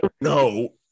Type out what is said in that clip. No